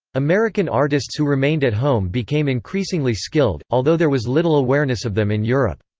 american artists who remained at home became increasingly skilled, although there was little awareness of them in europe.